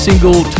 single